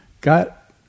got